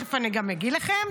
תכף אני גם אגיד לכם,